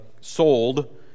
sold